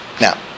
Now